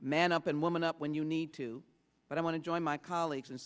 man up and woman up when you need to but i want to join my colleagues and